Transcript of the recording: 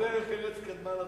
דרך ארץ קדמה לתורה.